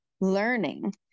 learning